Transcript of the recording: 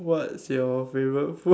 what's your favourite food